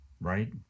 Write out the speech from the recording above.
right